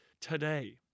Today